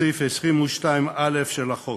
בסעיף 22א של החוק.